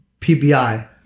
PBI